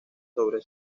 sobre